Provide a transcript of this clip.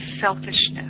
selfishness